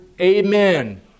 amen